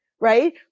right